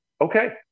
okay